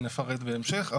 נפרט בהמשך,